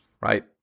right